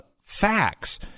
facts